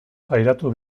pairatu